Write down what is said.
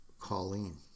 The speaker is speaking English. Colleen